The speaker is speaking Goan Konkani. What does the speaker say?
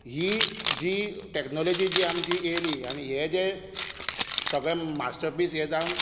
ही जी टॅक्नोलॉजी जी आमची येयली आनी हे जें सगळें मास्टर पीस हें जावन